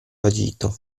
agito